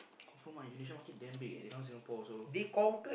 oh for Indonesia market damm big eh they come Singapore also